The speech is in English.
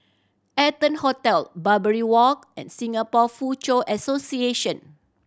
Arton Hotel Barbary Walk and Singapore Foochow Association